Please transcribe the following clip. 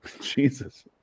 jesus